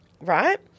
right